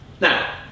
Now